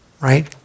right